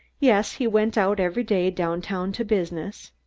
yes, he went out every day, downtown to business.